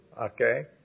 Okay